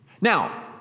now